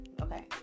okay